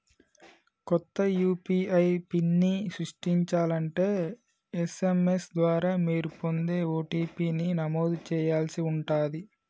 కొత్త యూ.పీ.ఐ పిన్ని సృష్టించాలంటే ఎస్.ఎం.ఎస్ ద్వారా మీరు పొందే ఓ.టీ.పీ ని నమోదు చేయాల్సి ఉంటాది